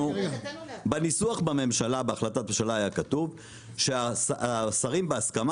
בניסוח בהחלטת הממשלה היה כתוב שהשרים בהסכמה